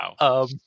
Wow